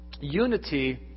Unity